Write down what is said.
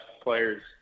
players